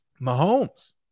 Mahomes